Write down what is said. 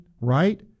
right